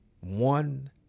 One